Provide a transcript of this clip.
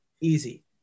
easy